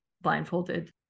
blindfolded